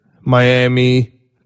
Miami